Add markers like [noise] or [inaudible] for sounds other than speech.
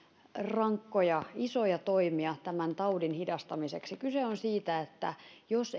rankkoja isoja toimia tämän taudin hidastamiseksi kyse on siitä että jos [unintelligible]